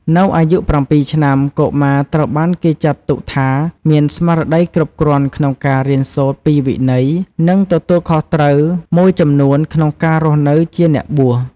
នៅអាយុ ៧ ឆ្នាំ កុមារត្រូវបានគេចាត់ទុកថាមានស្មារតីគ្រប់គ្រាន់ក្នុងការរៀនសូត្រពីវិន័យ និងទទួលខុសត្រូវមួយចំនួនក្នុងការរស់នៅជាអ្នកបួស។